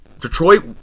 Detroit